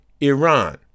Iran